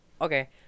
okay